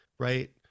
Right